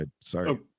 sorry